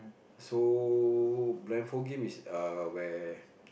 so blindfold game is err where